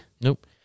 Nope